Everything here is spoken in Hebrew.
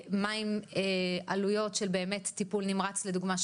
מהם עלויות באמת של טיפול נמרץ לדוגמא,